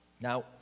Now